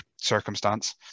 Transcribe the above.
circumstance